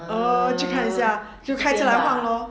oh 去看一下就开车来看 lor